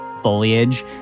foliage